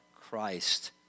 Christ